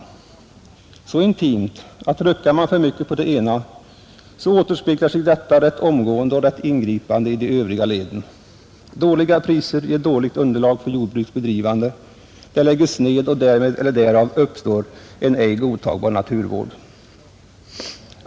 Ja, så intimt att ruckar man för mycket på det ena, återspeglar sig detta rätt omgående och ingripande i de övriga leden, Dåliga priser ger dåligt underlag för jordbruks bedrivande, det lägges ned och därmed eller därav uppstår en ej godtagbar naturvård.